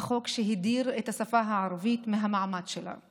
החוק שהדיר את השפה הערבית מהמעמד שלה.